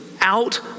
out